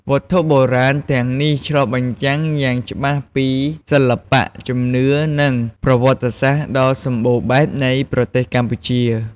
វត្ថុបុរាណទាំងនេះឆ្លុះបញ្ចាំងយ៉ាងច្បាស់ពីសិល្បៈ ជំនឿ និងប្រវត្តិសាស្ត្រដ៏សម្បូរបែបនៃប្រទេសកម្ពុជា។